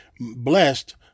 Blessed